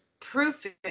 proofing